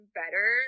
better